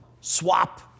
Swap